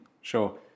sure